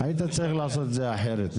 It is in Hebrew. היית צריך לעשות את זה אחרת.